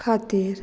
खातीर